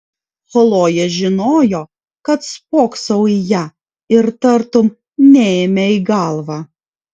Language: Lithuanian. chlojė žinojo kad spoksau į ją ir tartum neėmė į galvą